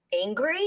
angry